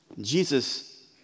Jesus